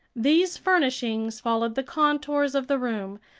these furnishings followed the contours of the room,